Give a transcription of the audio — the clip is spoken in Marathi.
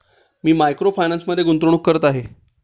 मी मायक्रो फायनान्समध्ये गुंतवणूक करत आहे